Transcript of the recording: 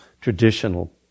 traditional